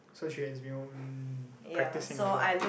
so she has been practicing a lot